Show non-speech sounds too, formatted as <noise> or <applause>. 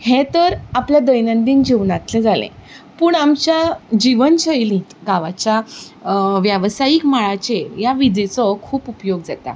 हें तर आपलें <unintelligible> जिवनांतलें जालें पूण आमच्या जिवन शैलींत गांवांच्या वेवसायीक मळाचेर ह्या विजेचो खूब उपयोग जाता